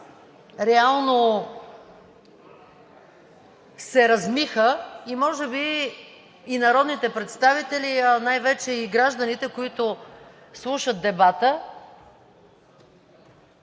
реално се размиха – може би и народните представители, а най-вече и гражданите, които слушат дебата,